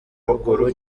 ruguru